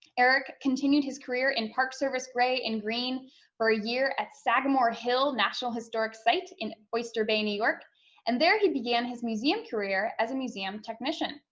eric continued his career in park service gray and green for a year at sagamore hill national historic site in oyster bay, new york and there he began his museum career as a museum technician.